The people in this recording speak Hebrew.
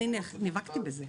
אנחנו מדברים על משכנתאות.